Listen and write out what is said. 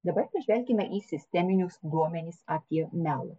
dabar pažvelkime į sisteminius duomenis apie melą